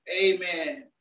Amen